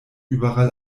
überall